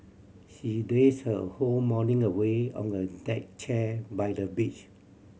she lazed her whole morning away on a deck chair by the beach